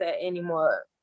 anymore